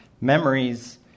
Memories